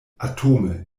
atome